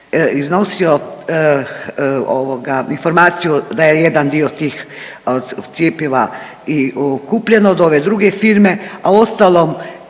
iznosio ovoga informaciju da je jedan dio tih cjepiva i kupljeno od ove druge firme, a uostalom